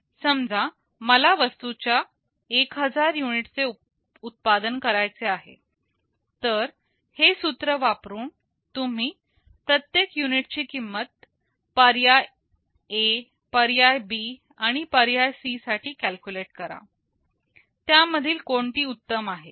समजा मला वस्तूच्या 1000 युनिटचे उत्पादन करायचे आहे तर हे सूत्र वापरून तुम्ही प्रत्येक युनिट ची किंमत पर्यायA पर्यायB आणि पर्यायC साठी कॅल्क्युलेट करा त्यामधील कोणती उत्तम आहे